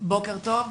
בוקר טוב.